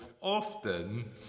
often